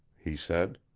he said.